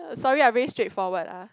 sorry I very straight forward ah